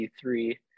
three